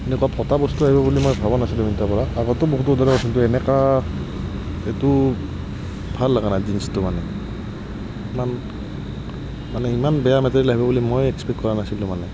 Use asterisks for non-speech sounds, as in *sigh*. এনেকুৱা ফটা বস্তু আহিব বুলি মই ভবা নাছিলো মিণন্ট্ৰাৰ পৰা *unintelligible* কিন্তু এনেকা এইটো ভাল লগা নাই জিন্চটো মানে ইমান মানে ইমান বেয়া মেটেৰীয়েল আহিব বুলি মই এক্সপেক্ট কৰা নাছিলোঁ মানে